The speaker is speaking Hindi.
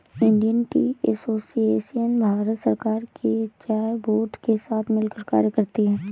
इंडियन टी एसोसिएशन भारत सरकार के चाय बोर्ड के साथ मिलकर कार्य करती है